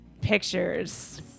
pictures